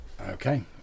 Okay